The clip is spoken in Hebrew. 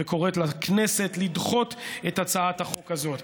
וקוראת לכנסת לדחות את הצעת החוק הזאת.